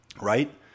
Right